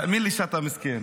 תאמין לי שאתה מסכן,